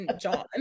john